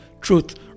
truth